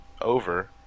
over